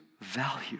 value